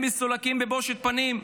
הם מסולקים בבושת פנים,